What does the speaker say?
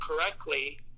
correctly